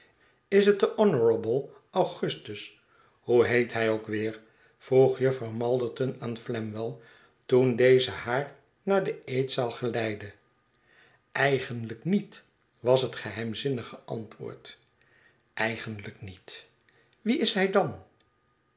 is het de honourable augustus hoe heet hij ook weer vroeg jufvrouw malderton aan flamwell toen deze haar naar de eetzaal geleidde eigenlijk niet j was het geheimzinnige antwoord eigenlijk niet wie is hij dan